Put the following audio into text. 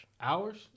Hours